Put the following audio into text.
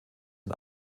ein